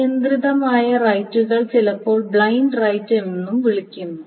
അനിയന്ത്രിതമായ റൈറ്റുകളെ ചിലപ്പോൾ ബ്ലൈൻഡ് റൈറ്റ് എന്നും വിളിക്കുന്നു